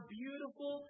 beautiful